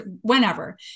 whenever